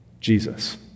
Jesus